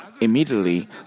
immediately